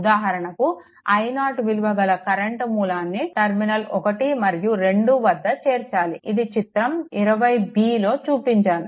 ఉదాహరణకు i0 విలువ గల కరెంట్ మూలాన్ని టర్మినల్ 1 మరియు 2 వద్ద చేర్చాలి ఇది చిత్రం 20bలో చూపించాను